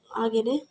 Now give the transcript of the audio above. ಹಾಗೇ